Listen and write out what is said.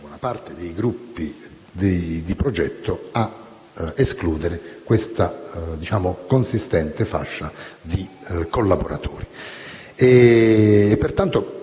una parte dei gruppi di progetto è stata indotta a escludere questa consistente fascia di collaboratori.